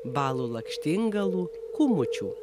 balų lakštingalų kūmučių